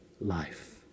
life